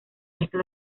resto